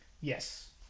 Yes